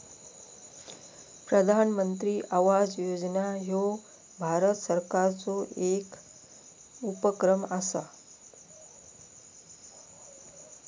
प्रधानमंत्री आवास योजना ह्यो भारत सरकारचो येक उपक्रम असा